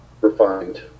refined